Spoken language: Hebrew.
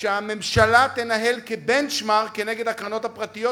שהממשלה תנהל כ-benchmark כנגד הקרנות הפרטיות,